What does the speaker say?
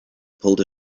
pulled